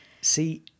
See